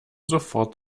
sofort